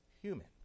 Human